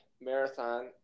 marathon